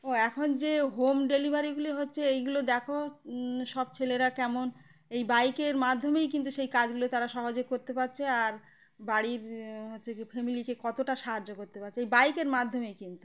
ও এখন যে হোম ডেলিভারিগুলি হচ্ছে এগুলো দেখো সব ছেলেরা কেমন এই বাইকের মাধ্যমেই কিন্তু সেই কাজগুলো তারা সহজে করতে পারছে আর বাড়ির হচ্ছে কি ফ্যামিলিকে কতটা সাহায্য করতে পারছে এই বাইকের মাধ্যমেই কিন্তু